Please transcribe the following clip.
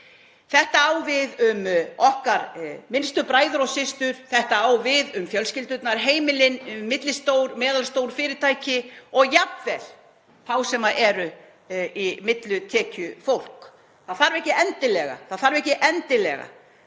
Þetta á við um okkar minnstu bræður og systur, þetta á við um fjölskyldurnar, heimilin, millistór, meðalstór fyrirtæki og jafnvel þá sem eru millitekjufólk. Það þarf ekki endilega að vera